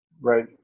Right